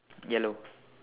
yellow